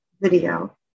video